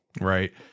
Right